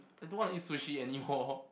I don't want to eat sushi anymore